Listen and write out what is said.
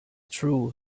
true